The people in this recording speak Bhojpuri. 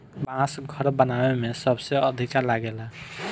बांस घर बनावे में सबसे अधिका लागेला